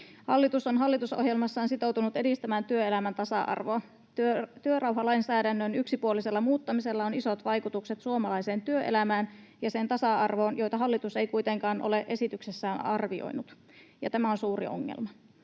Hallitus on hallitusohjelmassaan sitoutunut edistämään työelämän tasa-arvoa. Työrauhalainsäädännön yksipuolisella muuttamisella on isot vaikutukset suomalaiseen työelämään ja sen tasa-arvoon, joita hallitus ei kuitenkaan ole esityksessään arvioinut, ja tämä on suuri ongelma.